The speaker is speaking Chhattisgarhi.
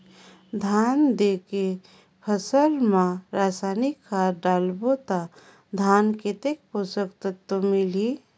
धान देंके फसल मा रसायनिक खाद डालबो ता धान कतेक पोषक तत्व मिलही?